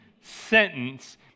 sentence